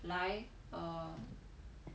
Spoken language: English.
来 err